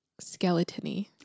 skeleton-y